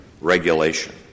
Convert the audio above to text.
regulation